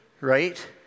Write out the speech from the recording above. right